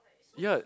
yet